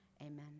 Amen